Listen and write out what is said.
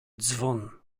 dzwon